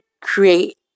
create